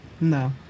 No